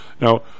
Now